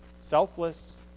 Selfless